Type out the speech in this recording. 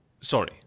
Sorry